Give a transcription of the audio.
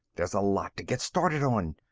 there's a lot to get started on.